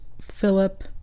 philip